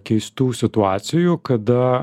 keistų situacijų kada